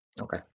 Okay